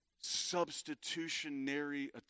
substitutionary